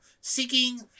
seeking